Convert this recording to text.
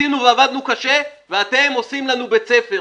ניסינו ועבדנו קשה, ואתם עושים לנו בית ספר.